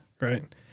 Right